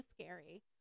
scary